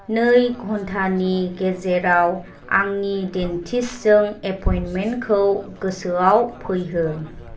नै घन्टानि गेजेराव आंनि देन्टिसजों एपइन्टमेन्टखौ गोसोयाव फैहो